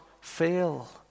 fail